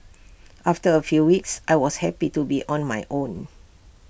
after A few weeks I was happy to be on my own